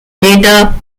later